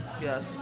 Yes